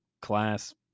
class